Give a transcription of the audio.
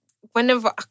whenever